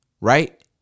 Right